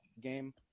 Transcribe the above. game